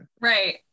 Right